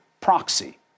proxy